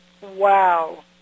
Wow